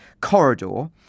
corridor